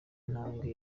ntambwe